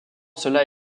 cela